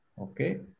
Okay